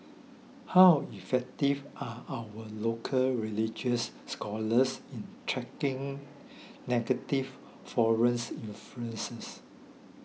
how effective are our local religious scholars in tracking negative foreign influences